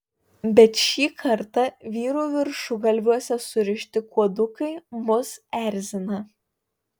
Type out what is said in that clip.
bet šį kartą vyrų viršugalviuose surišti kuodukai mus erzina